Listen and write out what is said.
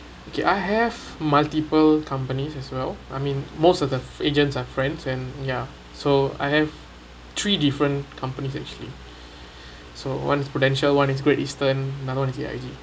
okay I have multiple companies as well I mean most of the agents are friends and ya so I have three different company actually so one is prudential one is great eastern another one is A_I_G